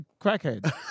crackhead